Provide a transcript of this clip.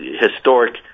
historic